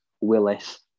Willis